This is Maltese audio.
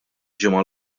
ġimgħa